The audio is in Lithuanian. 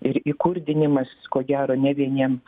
ir įkurdinimas ko gero ne vieniem